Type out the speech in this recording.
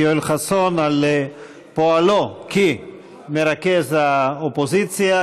יואל חסון על פועלו כמרכז האופוזיציה.